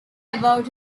about